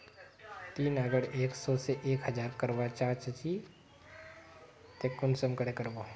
ती अगर एक सो से एक हजार करवा चाँ चची ते कुंसम करे करबो?